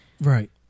Right